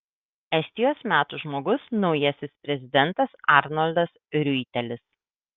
estijos metų žmogus naujasis prezidentas arnoldas riuitelis